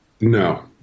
No